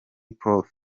prof